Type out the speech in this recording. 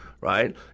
right